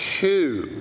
two